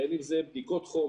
בין אם זה בדיקות חום,